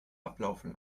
ablaufen